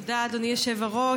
תודה, אדוני היושב-ראש.